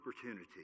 opportunity